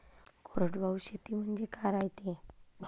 कोरडवाहू शेती म्हनजे का रायते?